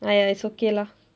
!aiya! it's okay lah